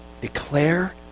Declare